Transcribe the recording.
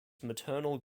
maternal